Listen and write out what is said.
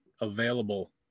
available